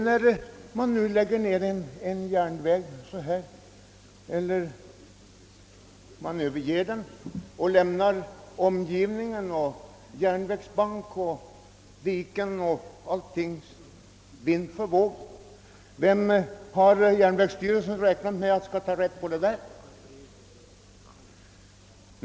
När nu en järnväg läggs ned eller överges och omgivningen — järnvägsbank, diken och annat — lämnas vind för våg, frågar jag mig: Vem har järnvägsstyrelsen räknat med skall ta hand om detta?